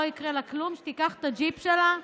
לא יקרה לה כלום אם תיקח את הג'יפ שלה,